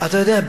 אתה יודע,